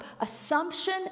assumption